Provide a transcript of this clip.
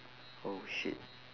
oh shit